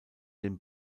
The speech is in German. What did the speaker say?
den